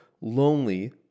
lonely